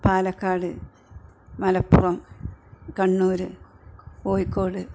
Palakkad Malappuram Kannur Kozhikode